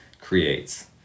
creates